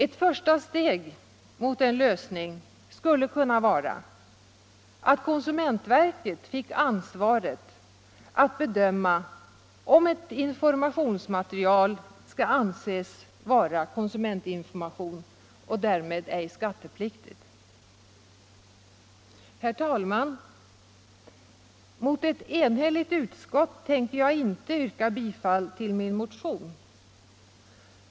Ett första steg mot en lösning skulle kunna vara att konsumentverket fick ansvaret att bedöma om ett informationsmaterial skall anses vara konsumentinformation och därmed ej skattepliktigt. Herr talman! Mot ett enhälligt utskott tänker jag inte yrka bifall till min motion.